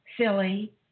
silly